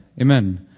Amen